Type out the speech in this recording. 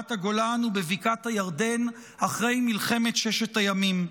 ברמת הגולן ובבקעת הירדן אחרי מלחמת ששת הימים.